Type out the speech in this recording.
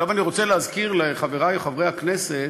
עכשיו אני רוצה להזכיר לחברי חברי הכנסת